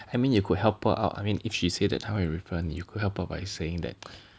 I mean you could help her out I mean if she say that 会 refer 你 you could help her by saying that